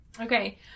Okay